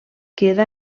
queda